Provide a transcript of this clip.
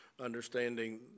understanding